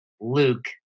Luke